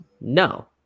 No